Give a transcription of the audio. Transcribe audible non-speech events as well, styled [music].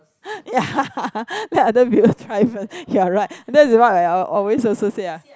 [breath] ya let other people try first you're right that is what I al~ always also say ah